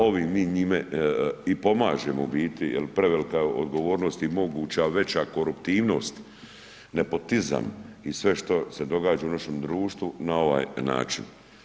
Ovim mi njime i pomažimo u biti, jer je prevelika odgovornost i moguća veća koruptivnost, nepotizam i sve što se događa u našem društvu na ovaj način.